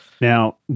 Now